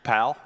Pal